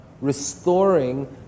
Restoring